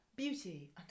Beauty